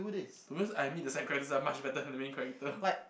to be honest I meet the side characters are much better than the main character